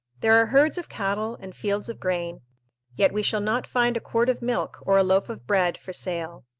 there are herds of cattle and fields of grain yet we shall not find a quart of milk or a loaf of bread for sale.